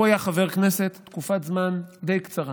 הוא היה חבר כנסת תקופה די קצרה,